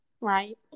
Right